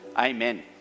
amen